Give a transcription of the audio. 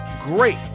great